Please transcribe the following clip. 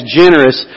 generous